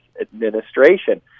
administration